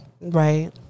right